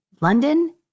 London